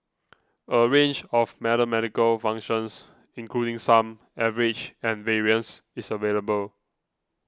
a range of mathematical functions including sum average and variance is available